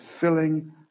filling